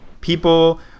people